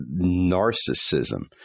narcissism